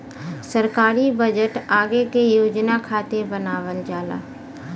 सरकारी बजट आगे के योजना खातिर बनावल जाला